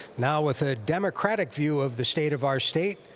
now with a democratic view of the state of our state,